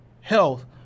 health